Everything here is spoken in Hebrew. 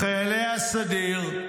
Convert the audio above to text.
לחיילי הסדיר,